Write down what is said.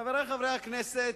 חברי חברי הכנסת,